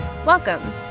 Welcome